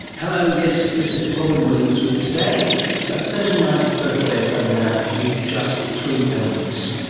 hello, yes, this is robyn williams with today a thirty ninth birthday program with just three elements.